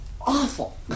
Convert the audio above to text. awful